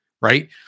right